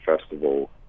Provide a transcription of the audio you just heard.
festival